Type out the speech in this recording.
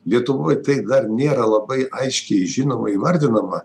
lietuvoj tai dar nėra labai aiškiai žinoma įvardinama